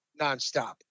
nonstop